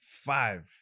five